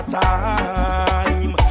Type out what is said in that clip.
time